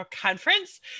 conference